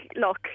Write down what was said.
look